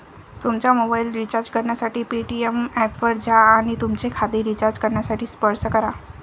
तुमचा mobile recharge करण्यासाठी Paytm ऐपवर जा आणि तुमचे खाते रिचार्ज करण्यासाठी स्पर्श करा